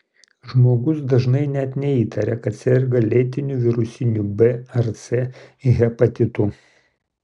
žmogus dažnai net neįtaria kad serga lėtiniu virusiniu b ar c hepatitu